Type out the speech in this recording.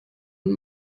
und